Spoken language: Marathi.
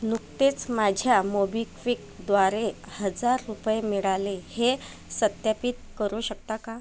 नुकतेच माझ्या मोबिक्विकद्वारे हजार रुपये मिळाले हे सत्यापित करू शकता का